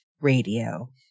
Radio